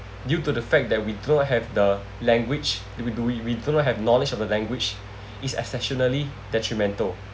due to the fact that we do not have the language it we do we we do not have knowledge of the language is exceptionally detrimental